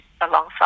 alongside